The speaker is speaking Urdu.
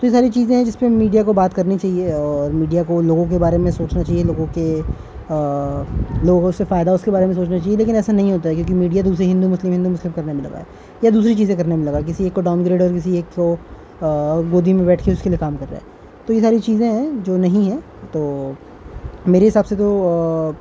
تو یہ ساری چیزیں ہیں جس پہ میڈیا کو بات کرنی چاہیے اور میڈیا کو لوگوں کے بارے میں سوچنا چاہیے لوگوں کے لوگوں سے فائدہ اس کے بارے میں سوچنا چاہیے لیکن ایسا نہیں ہوتا ہے کیونکہ میڈیا دوسرے ہندو مسلم ہندو مسلم کرنے میں لگا یا دوسری چیزیں کرنے میں لگا کسی کو ڈاؤنگریڈ اور کسی ایک کو گودی میں بیٹھ کے اس کے لیے کام کر رہا ہے تو یہ ساری چیزیں ہیں جو نہیں ہیں تو میرے حساب سے تو